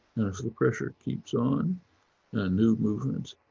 so the pressure keeps on and new movements,